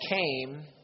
came